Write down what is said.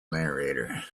narrator